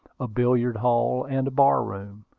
a billiard-hall and a bar-room,